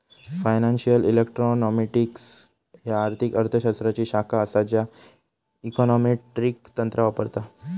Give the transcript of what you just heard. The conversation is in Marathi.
फायनान्शियल इकॉनॉमेट्रिक्स ह्या आर्थिक अर्थ शास्त्राची शाखा असा ज्या इकॉनॉमेट्रिक तंत्र वापरता